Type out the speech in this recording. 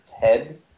head